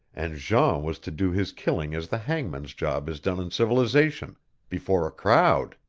and jean was to do his killing as the hangman's job is done in civilization before a crowd.